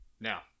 Now